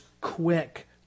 quick